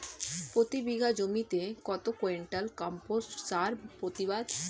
প্রতি বিঘা জমিতে কত কুইন্টাল কম্পোস্ট সার প্রতিবাদ?